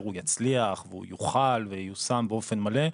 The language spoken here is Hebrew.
הוא יצליח והוא יוחל וייושם באופן מלא,